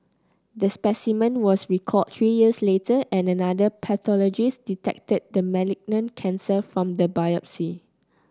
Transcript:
the specimen was recalled three years later and another pathologist detected the malignant cancer from the biopsy